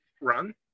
run